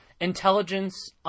intelligence